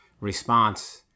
response